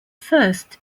first